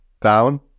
Down